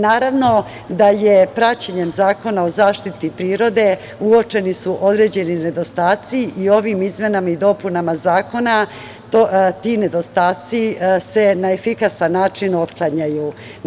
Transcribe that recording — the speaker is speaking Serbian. Naravno, da je praćenjem Zakona o zaštiti prirode, uočeni su određeni nedostaci i ovim izmenama i dopunama zakona, ti nedostaci se na efikasan način otklanjaju.